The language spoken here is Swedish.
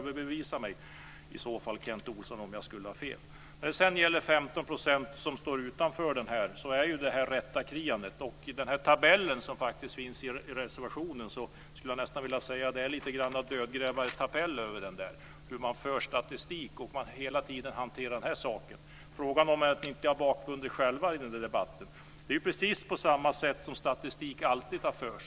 Kent Olsson får i så fall försöka överbevisa mig om att jag har fel. När det sedan gäller att 15 % skulle stå utanför handlar ju detta om kriarättande. Den tabell som finns i reservationen skulle jag nästan vilja säga är lite grann av en dödgrävartabell. Det är så ni för statistik och hanterar den här saken. Frågan är om ni inte har bakbundit er själva i den debatten. Det är ju precis på samma sätt som statistik alltid har förts.